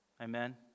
Amen